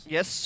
Yes